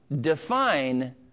define